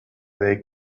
they